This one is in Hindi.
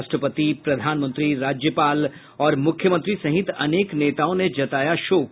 राष्ट्रपति प्रधानमंत्री राज्यपाल और मुख्यमंत्री सहित अनेक नेताओं ने जताया शोक